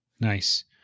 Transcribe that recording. Nice